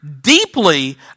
deeply